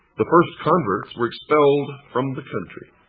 the first converts were expelled from the country.